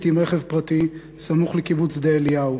עם רכב פרטי סמוך לקיבוץ שדה-אליהו,